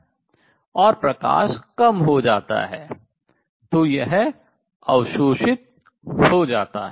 और प्रकाश कम हो जाता है तो यह अवशोषित हो जाता है